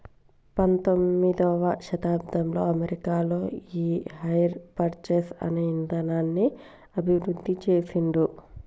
పంతొమ్మిదవ శతాబ్దంలో అమెరికాలో ఈ హైర్ పర్చేస్ అనే ఇదానాన్ని అభివృద్ధి చేసిండ్రు